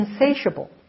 insatiable